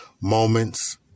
moments